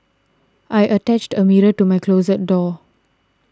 I attached a mirror to my closet door